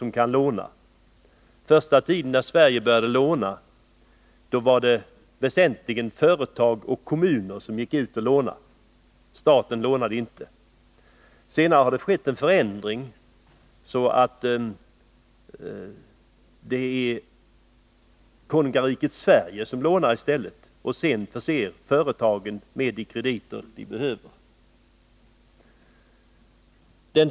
Den första tiden när Sverige började låna var det väsentligen företag och kommuner som gick ut och lånade — staten lånade inte. Senare har det skett en förändring så att det är konungariket Sverige som lånar i stället och sedan förser företagen med de krediter som de behöver.